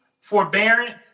forbearance